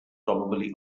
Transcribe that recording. probably